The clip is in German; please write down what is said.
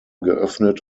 geöffnet